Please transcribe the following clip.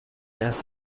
است